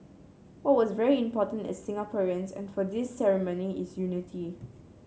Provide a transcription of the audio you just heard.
what was very important as Singaporeans and for this ceremony is unity